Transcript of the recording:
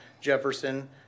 Jefferson